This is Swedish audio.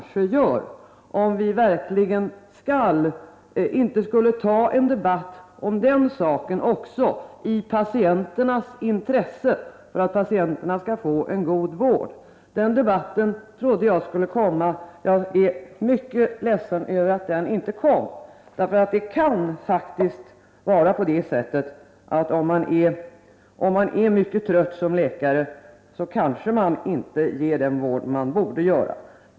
Borde vi inte i patienternas intresse ta upp en debatt om den saken också, för att patienterna skall få en god vård? Den debatten trodde jag skulle komma, och jag är mycket ledsen över att den inte kom. Om man är mycket trött som läkare kanske man inte ger den vård som man borde ge.